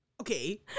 Okay